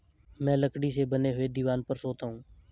मैं लकड़ी से बने हुए दीवान पर सोता हूं